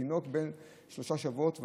תינוק בן שלושה שבועות,